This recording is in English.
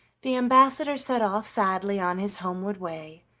the ambassador set off sadly on his homeward way,